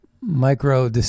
micro